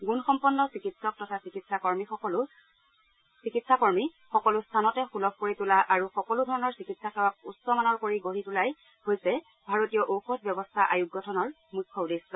গুণসম্পন্ন চিকিৎসক তথা চিকিৎসা কৰ্মী সকলো স্থানতে সূলভ কৰি তোলা আৰু সকলো ধৰণৰ চিকিৎসা সেৱাক উচ্চ মানৰ কৰি গঢ়ি তোলাই হৈছে ভাৰতীয় ঔষধ ব্যৱস্থা আয়োগ গঠনৰ মুখ্য উদ্দেশ্য